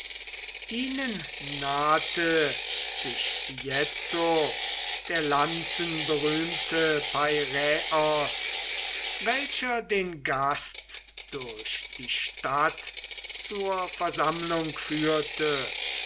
ihnen nahte sich jetzo der lanzenberühmte peiraios welcher den gast durch die stadt zur versammlung führte